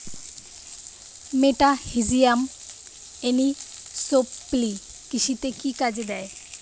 মেটাহিজিয়াম anisopliae কৃষিতে কি কাজে দেয়?